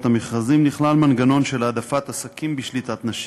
המכרזים נכלל מנגנון של העדפת עסקים בשליטת נשים.